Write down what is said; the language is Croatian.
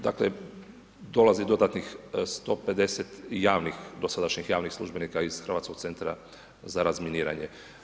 Dakle, dolazi dodatnih 150 javnih, dosadašnjih javnih službenika iz Hrvatskog centra za razminiranje.